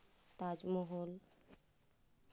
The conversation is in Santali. ᱛᱟᱡᱽ ᱢᱚᱦᱚᱞ